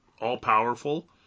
all-powerful